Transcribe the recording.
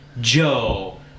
joe